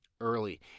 early